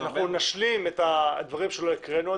אנחנו נשלים את הדברים שעדיין לא הקראנו,